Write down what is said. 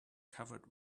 covered